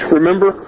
Remember